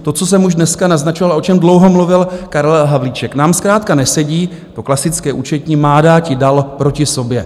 To, co jsem už dneska naznačoval a o čem dlouho mluvil Karel Havlíček: nám zkrátka nesedí to klasické účetní má dáti dal proti sobě.